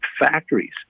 factories